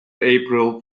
april